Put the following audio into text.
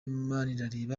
manirareba